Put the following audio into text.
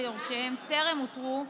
ויורשיהם טרם אותרו,